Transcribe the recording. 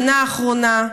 שנה האחרונה,